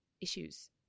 issues